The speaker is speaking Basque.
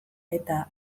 eta